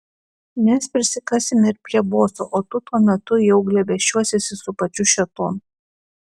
mes prisikasime ir prie boso o tu tuo metu jau glėbesčiuosiesi su pačiu šėtonu